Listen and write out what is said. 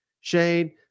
Shane